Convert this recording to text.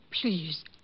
please